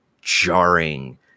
jarring